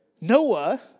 Noah